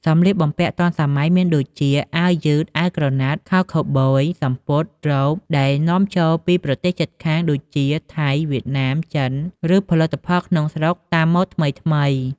សម្លៀកបំពាក់ទាន់សម័យ មានដូចជា អាវយឺត អាវក្រណាត់ ខោខូវប៊យ សំពត់ រ៉ូប ដែលនាំចូលពីប្រទេសជិតខាង ដូចជា ថៃ វៀតណាម ចិន ឬផលិតក្នុងស្រុកតាមម៉ូដថ្មីៗ។